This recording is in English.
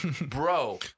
Bro